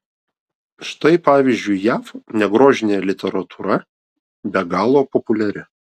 štai pavyzdžiui jav negrožinė literatūra be galo populiari